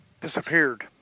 Disappeared